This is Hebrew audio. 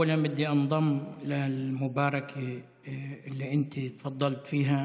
וצריך לחלק את היטל ההטמנה הזה על מנת שהרשויות האלה,